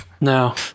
No